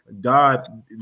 God